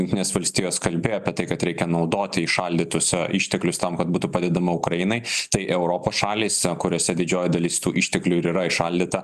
jungtinės valstijos kalbėjo apie tai kad reikia naudoti įšaldytus išteklius tam kad būtų padedama ukrainai tai europos šalys kuriose didžioji dalis tų išteklių ir yra įšaldyta